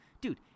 Dude